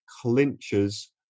clinches